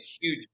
huge